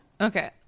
Okay